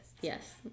Yes